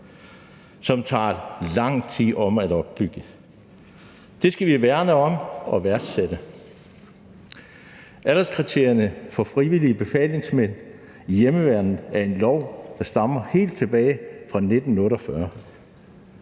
det tager lang tid at opbygge. Det skal vi værne om og værdsætte. Alderskriterierne for frivillige befalingsmænd i hjemmeværnet er nedskrevet i en lov, der stammer helt tilbage fra 1948.